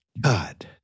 God